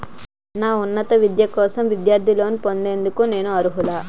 నా ఉన్నత విద్య కోసం విద్యార్థి లోన్ పొందేందుకు నేను అర్హులా?